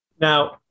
Now